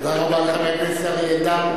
תודה רבה לחבר הכנסת אריה אלדד.